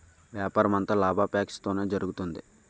వ్యాపారమంతా లాభాపేక్షతోనే జరుగుతుంది